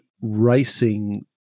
racing